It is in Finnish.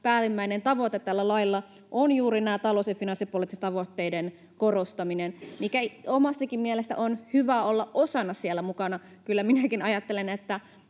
päällimmäinen tavoite tällä lailla on juuri näiden talous- ja finanssipoliittisten tavoitteiden korostaminen, mikä omastakin mielestäni on hyvä olla osana siellä mukana. Kyllä minäkin ajattelen, että